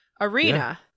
arena